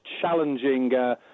challenging